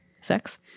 sex